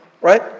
right